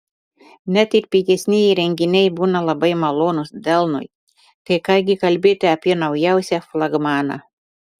net ir pigesnieji įrenginiai būna labai malonūs delnui tai ką gi kalbėti apie naujausią flagmaną